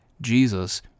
Jesus